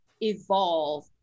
evolve